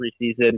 preseason